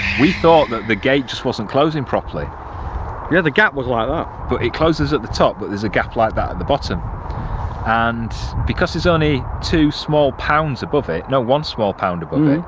we thought that the gate just wasn't closing properly yeah the gap was like that. but it closes at the top but there's a gap like that at the bottom and because there's only two small pounds above it, no one small pound above it.